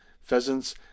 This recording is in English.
pheasants